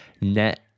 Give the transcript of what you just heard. net